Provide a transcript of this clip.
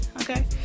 okay